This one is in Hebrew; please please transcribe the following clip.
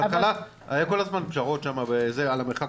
בהתחלה היו כל הזמן פשרות על המרחק של מטר וחצי,